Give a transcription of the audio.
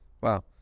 wow